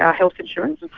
ah health insurance.